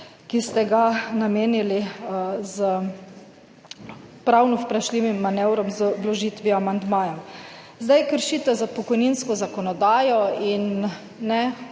ki ste ga namenili z pravno vprašljivim manevrom z vložitvijo amandmajev. Zdaj kršitev za pokojninsko zakonodajo in ne